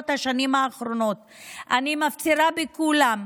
אני מפצירה בכולם,